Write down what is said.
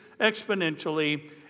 exponentially